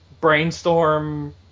brainstorm